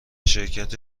شرکت